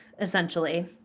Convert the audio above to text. essentially